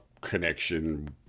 connection